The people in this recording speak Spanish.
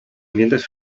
ambientes